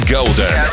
Golden